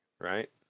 right